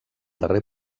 darrer